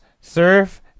Surf